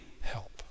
help